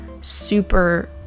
super